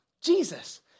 Jesus